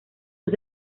sus